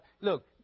look